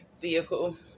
vehicle